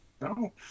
No